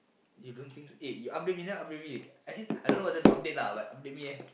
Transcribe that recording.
you don't think eh you update me never update me actually I don't know what is there to update lah but update me leh